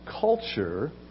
culture